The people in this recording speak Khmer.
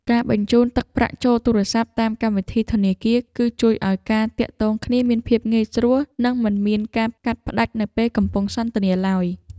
ការបញ្ចូលទឹកប្រាក់ចូលទូរសព្ទតាមកម្មវិធីធនាគារ គឺជួយឱ្យការទាក់ទងគ្នាមានភាពងាយស្រួល និងមិនមានការកាត់ផ្ដាច់នៅពេលកំពុងសន្ទនាឡើយ។